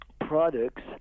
products